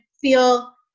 feel